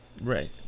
Right